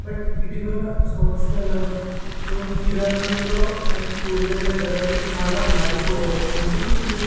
but ఇటీవల సంవత్సరాల లో కిరాణంలో అండ్ కూరగాయల ధరలు చాలా మారిపోయాయి ఎందుకంటే